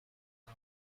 حسن